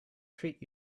treat